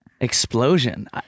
explosion